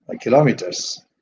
kilometers